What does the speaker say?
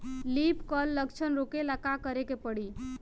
Leaf curl लक्षण रोकेला का करे के परी?